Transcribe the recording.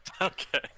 Okay